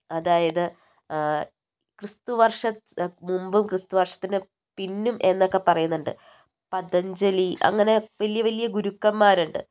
അതായത് ക്രിസ്തു വർഷത്തിന് മുൻപും ക്രിസ്തു വർഷത്തിന് പിന്നും എന്നൊക്കെ പറയുന്നുണ്ട് പതഞ്ജലി അങ്ങനെ വലിയ വലിയ ഗുരുക്കൻമാരുണ്ട്